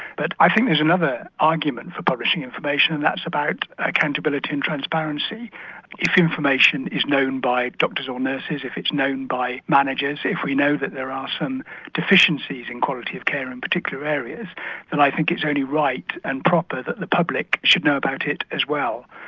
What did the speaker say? but i think there's another argument for publishing information and that's about accountability and transparency. if information is known by doctors or nurses, if it's known by managers, if we know that there are some deficiencies in quality of care in particular areas then i think it's only right and proper that the public should know about it as well.